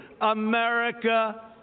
America